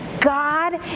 God